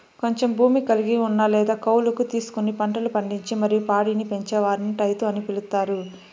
కొంచెం భూమి కలిగి ఉన్న లేదా కౌలుకు తీసుకొని పంటలు పండించి మరియు పాడిని పెంచే వారిని రైతు అని పిలుత్తారు